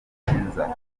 cy’inzara